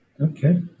Okay